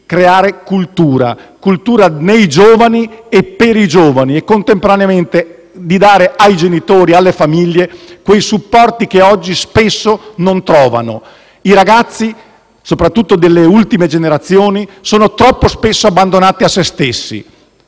creare cultura, nei giovani e per i giovani, e, contemporaneamente, di fornire ai genitori, alle famiglie quei supporti che oggi spesso non trovano. I ragazzi, soprattutto quelli delle ultime generazioni, sono troppo spesso abbandonati a se stessi.